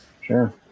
Sure